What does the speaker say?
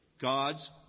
God's